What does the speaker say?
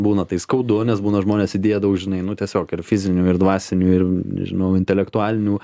būna tai skaudu nes būna žmonės įdėję daug žinai nu tiesiog ir fizinių ir dvasinių ir nežinau intelektualinių